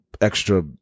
extra